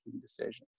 decisions